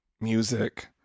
music